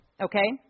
Okay